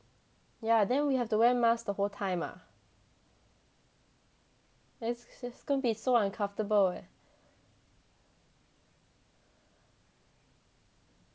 yeah then we have to wear mask the whole time ah that's just gonna be so uncomfortable eh